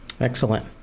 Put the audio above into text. excellent